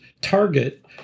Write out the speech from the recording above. target